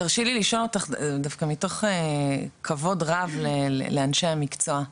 תרשי לי לשאול אותך דווקא מתוך כבוד רב לאנשי המקצוע,